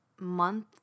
month